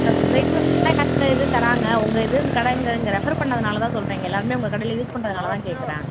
sir society யார் sir இது தராங்க உங்கள் இது கடைங்கிற இங்கே ரெஃபர் பண்ணதுனால் தான் சொல்கிறேன் இங்கே எல்லாமே உங்கள் கடையில் யூஸ் பண்றதுனால் தான் கேட்குறேன்